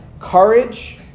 courage